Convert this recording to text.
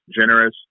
generous